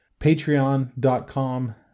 patreon.com